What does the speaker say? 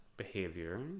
behavior